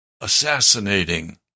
assassinating